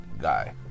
guy